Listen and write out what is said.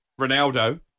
Ronaldo